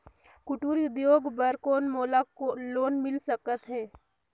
कुटीर उद्योग बर कौन मोला लोन मिल सकत हे?